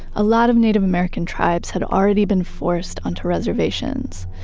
a lot of native american tribes had already been forced onto reservations,